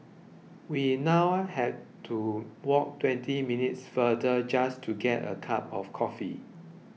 we now have to walk twenty minutes farther just to get a cup of coffee